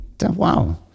Wow